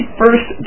first